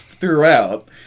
throughout